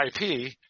IP –